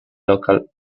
local